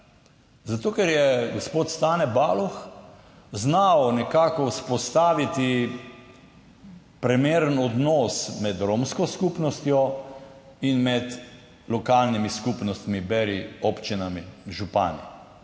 Zato, ker je gospod Stane Baluh znal nekako vzpostaviti primeren odnos med romsko skupnostjo in med lokalnimi skupnostmi, beri občinami, župani